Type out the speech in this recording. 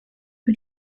rue